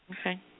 Okay